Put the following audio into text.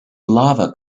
lava